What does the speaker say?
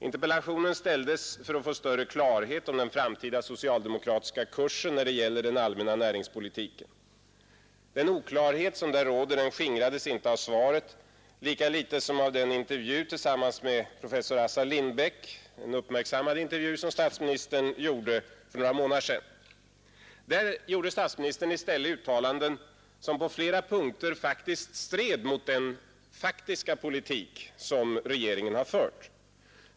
Interpellationen ställdes för att få större klarhet om den framtida socialdemokratiska kursen när det gäller den allmänna näringspolitiken. Den oklarhet som där råder skingrades inte av svaret lika litet som av den uppmärksammade intervju tillsammans med professor Assar Lindbeck som statsministern medverkade i för några månader sedan. Där gjorde statsministern i stället uttalanden som på flera punkter stred mot den politik som regeringen faktiskt har fört.